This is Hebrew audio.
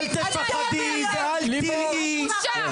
אל תפחדי ואת תראי,